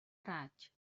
raig